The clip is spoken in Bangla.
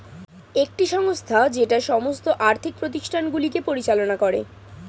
একটি সংস্থা যেটা সমস্ত আর্থিক প্রতিষ্ঠানগুলিকে পরিচালনা করে